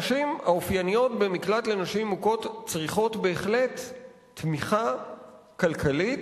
הנשים האופייניות במקלט לנשים מוכות צריכות בהחלט תמיכה כלכלית,